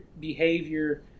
behavior